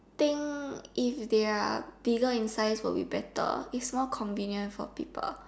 thing if they're bigger in size will be better is more convenient for people